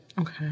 Okay